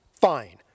Fine